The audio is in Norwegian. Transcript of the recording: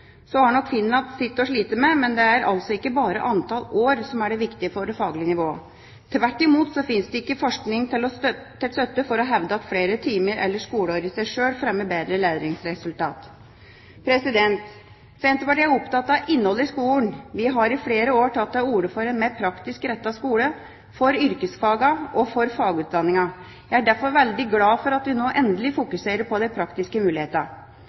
Så har nok Finland sitt å slite med, men det er altså ikke bare antall år som er viktig for faglig nivå. Tvert imot finnes det ikke forskning til støtte for å hevde at flere timer eller skoleår i seg sjøl fremmer bedre læringsresultat. Senterpartiet er opptatt av innholdet i skolen. Vi har i flere år tatt til orde for en mer praktisk rettet skole, for yrkesfagene og for fagutdanningene. Jeg er derfor veldig glad for at vi nå endelig fokuserer på de praktiske